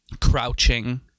crouching